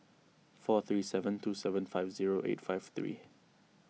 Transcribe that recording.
four three seven two seven five zero eight five three